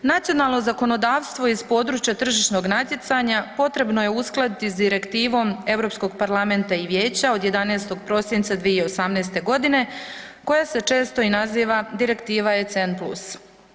Nacionalno zakonodavstvo iz područja tržišnog natjecanja potrebno je uskladiti sa direktivom Europskog parlamenta i Vijeća od 11. prosinca 2018. godine, koja se često i naziva direktiva ECN plus.